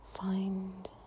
find